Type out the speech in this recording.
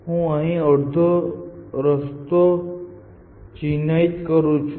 હું અહીં અડધો રસ્તો ચિહ્નિત કરું છું